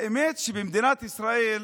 האמת היא שבמדינת ישראל,